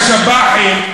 ועדת הכספים?